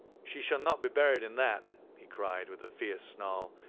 she shall not be buried in that, he cried with a fierce snarl,